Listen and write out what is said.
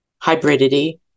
hybridity